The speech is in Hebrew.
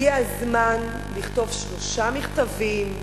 הגיע הזמן לכתוב שלושה מכתבים,